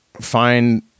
find